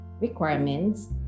requirements